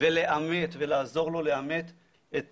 ולאמת ולעזור לו לאמת את